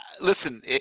Listen